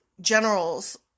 Generals